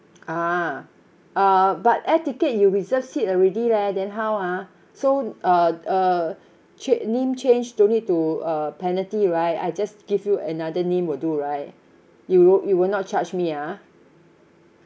ah uh but air ticket you reserve seat already leh then how ah so uh uh chan~ name change don't need to uh penalty right I just give you another name will do right you won't you will not charge me ah